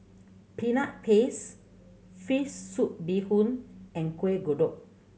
Peanut Paste fish soup bee hoon and Kueh Kodok